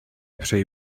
přeji